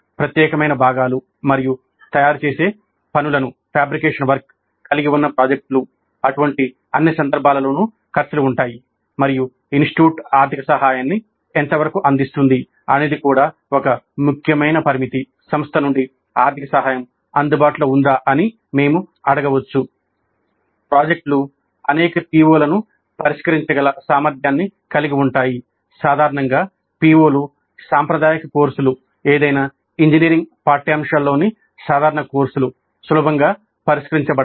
ప్రాజెక్టులు అనేక PO లను పరిష్కరించగల సామర్థ్యాన్ని కలిగి ఉంటాయి సాధారణంగా PO లు సాంప్రదాయిక కోర్సులు ఏదైనా ఇంజనీరింగ్ పాఠ్యాంశాల్లోని సాధారణ కోర్సులు సులభంగా పరిష్కరించబడవు